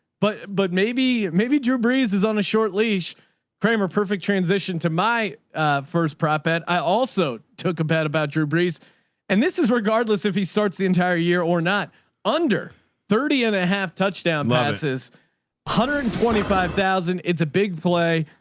but, but maybe, maybe drew brees is on a short leash kramer. perfect transition to my first prop bet. i also took a bad about drew brees and this is regardless if he starts the entire year or not under thirty and a half touchdown like buses hundred and twenty five thousand. it's a big play.